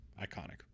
iconic